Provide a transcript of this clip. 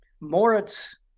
Moritz